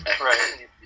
Right